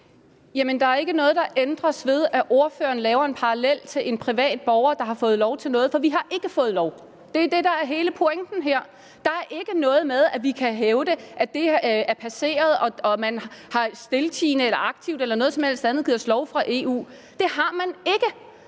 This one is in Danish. Jamen der er ikke noget, der ændres, ved at hr. Jan E. Jørgensen laver en parallel til en privat borger, der har fået lov til noget, for vi har ikke fået lov. Det er det, der er hele pointen her. Der er ikke noget med, at vi kan hævde, at det er passeret, og at man stiltiende eller aktivt eller på nogen som helst anden måde har givet os lov fra EU's side. Det har man ikke.